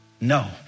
no